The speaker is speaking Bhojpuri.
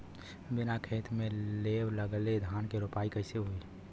बिना खेत में लेव लगइले धान के रोपाई कईसे होई